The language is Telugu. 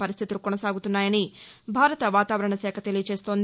పరిస్టితులు కొనసాగుతున్నాయని భారత వాతావరణ శాఖ తెలియజేస్తోంది